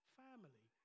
family